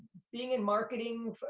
being in marketing,